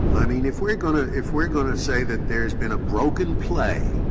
i mean, if we're going to if we're going to say that there's been a broken play,